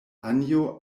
anjo